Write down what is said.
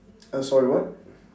err sorry what